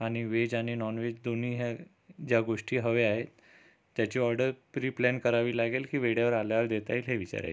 आणि व्हेज आणि नॉनव्हेज दोन्ही हे ज्या गोष्टी हव्या आहेत त्याची ऑर्डर प्री प्लॅन करावी लागेल की वेळेवर आल्यावर देता येईल हे विचारायचे होते